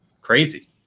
crazy